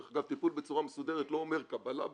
דרך אגב טיפול בצורה מסודרת לא אומר קבלה בהכרח,